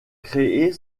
créer